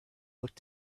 looked